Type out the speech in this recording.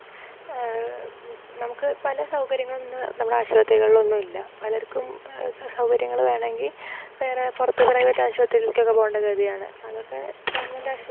നമുക്ക് പല സൗകര്യങ്ങളും ഇന്ന് നമ്മുടെ ആശുപത്രികളിൽ ഒന്നുമില്ല പലർക്കും സൗകര്യങ്ങൾ വേണമെങ്കിൽ വേറെ പുറത്ത് പ്രൈവറ്റ് ആശുപത്രിയിലേക്കൊക്കെ പോകേണ്ട ഗതിയാണ് അതൊക്കെ ഗവൺമെൻറ്റ് ആശുപത്രി